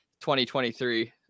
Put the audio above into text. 2023